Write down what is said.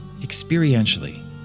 experientially